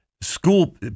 school